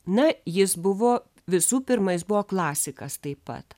na jis buvo visų pirma jis buvo klasikas taip pat